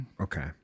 Okay